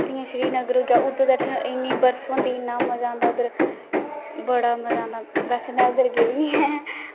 ते श्रीनगर उतक्थें इन्नी ठंड होंदी इन्नी बर्फ होंदी इन्ना मज़ा आंदा उत्थें बड़ा मज़ा आंदा बैसे उद्धर में गेदी निं ऐं